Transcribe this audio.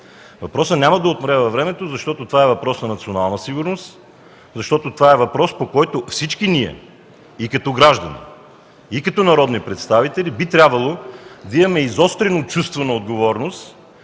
Въпросът няма да умре във времето, защото това е въпрос на национална сигурност, защото това е въпрос, по който всички ние – и като граждани, и като народни представители би трябвало да имаме изострено чувство на отговорност,